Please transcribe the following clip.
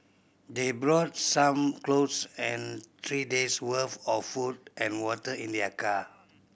they brought some clothes and three days' worth of food and water in their car